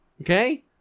Okay